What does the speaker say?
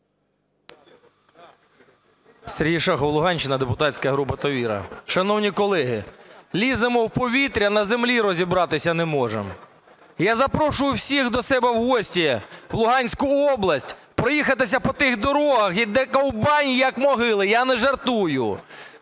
Сергій Шахов, Луганщина, депутатська група "Довіра". Шановні колеги, ліземо в повітря – на землі розібратися не можемо. Я запрошую всіх до себе в гості в Луганську область, проїхатися по тих дорогах, де ковбаї, як могили, я не жартую.